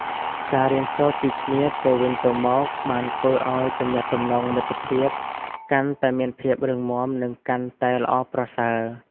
ការរៀនសូត្រពីគ្នាទៅវិញទៅមកបានធ្វើឱ្យទំនាក់ទំនងមិត្តភាពកាន់តែមានភាពរឹងមាំនិងកាន់តែល្អប្រសើរ។